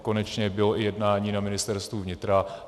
Konečně bylo jednání na Ministerstvu vnitra.